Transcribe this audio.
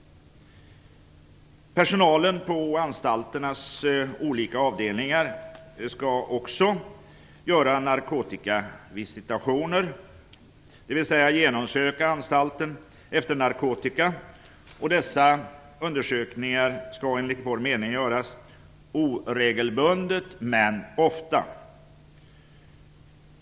Personalen på anstalternas olika avdelningar skall också göra narkotikavisitationer, dvs. genomsöka anstalten efter narkotika. Dessa undersökningar skall enligt vår mening göras oregelbundet men ofta.